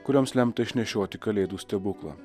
kurioms lemta išnešioti kalėdų stebuklą